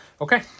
Okay